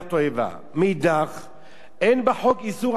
אין בחוק איסור שידול קטין לצפייה בפרסום